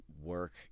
work